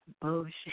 bullshit